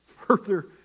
further